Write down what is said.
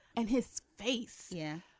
and his face. yeah.